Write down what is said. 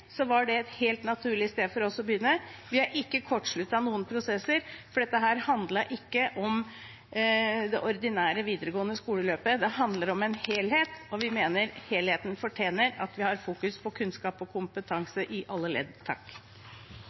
var det et helt naturlig sted for oss å begynne. Vi har ikke kortsluttet noen prosesser, for dette handlet ikke om det ordinære videregående skoleløpet – det handler om en helhet, og vi mener helheten fortjener at vi har fokus på kunnskap og kompetanse i alle ledd.